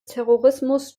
terrorismus